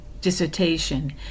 dissertation